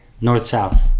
north-south